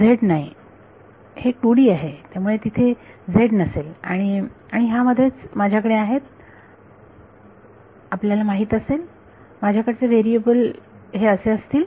z नाही हे 2D आहे त्यामुळे तिथे z नसेल आणि आणि ह्या मध्येच माझ्याकडे आहेत आपल्याला माहीत असेल माझ्याकडचे व्हेरिएबल असे असतील